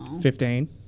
Fifteen